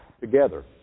together